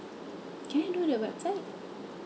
can I know their website